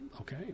okay